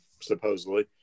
supposedly